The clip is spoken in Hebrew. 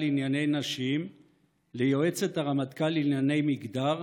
לענייני נשים ליועצת הרמטכ"ל לענייני מגדר,